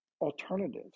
alternatives